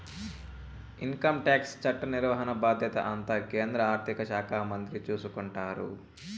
income tax చట్ట నిర్వహణ బాధ్యత అంతా కేంద్ర ఆర్థిక శాఖ మంత్రి చూసుకుంటారు